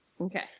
Okay